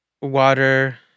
water